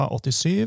87